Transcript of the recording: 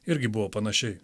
irgi buvo panašiai